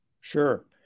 Sure